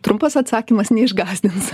trumpas atsakymas neišgąsdins